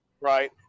right